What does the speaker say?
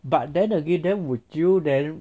but then again then would you then